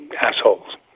assholes